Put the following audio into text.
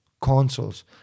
Consoles